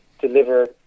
deliver